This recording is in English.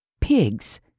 Pigs